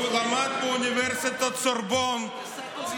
והוא למד באוניברסיטת סורבון,